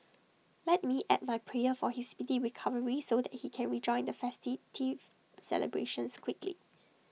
let me add my prayer for his speedy recovery so that he can rejoin the celebrations quickly